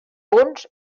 punts